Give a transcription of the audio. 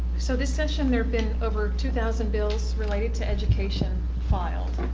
so this session there been over two thousand bills related to education filed.